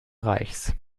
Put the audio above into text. reichs